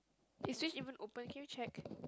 is switch even open can you check